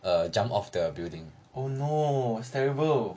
oh no it's terrible